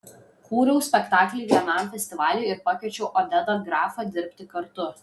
kūriau spektaklį vienam festivaliui ir pakviečiau odedą grafą dirbti kartu